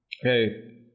hey